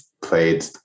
played